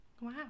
Wow